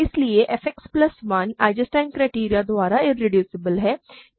इसलिए fX plus 1 Eisenstein criterion द्वारा irreducible है